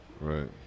Right